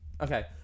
okay